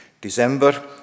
December